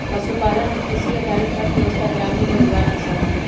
पशुपालन और कृषि आधारित अर्थव्यवस्था ग्रामीण रोजगार के साधन हई